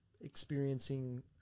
experiencing